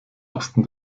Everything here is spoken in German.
osten